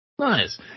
nice